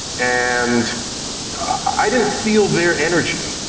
and i didn't feel their energy.